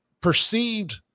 perceived